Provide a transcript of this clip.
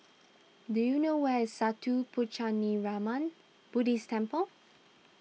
do you know where is Sattha Puchaniyaram Buddhist Temple